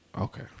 okay